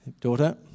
Daughter